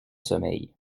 sommeil